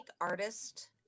artist